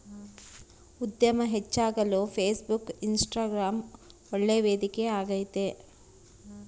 ಉದ್ಯಮ ಹೆಚ್ಚಾಗಲು Facebook, Instagram ಒಳ್ಳೆ ವೇದಿಕೆ ಆಗೈತೆ